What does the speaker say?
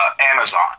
Amazon